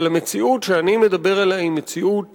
אבל המציאות שאני מדבר עליה היא מציאות